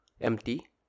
empty